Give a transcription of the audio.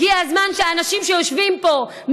הגיע הזמן שאנשים שיושבים פה,